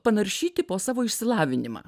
panaršyti po savo išsilavinimą